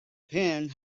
pen